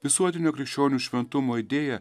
visuotinio krikščionių šventumo idėja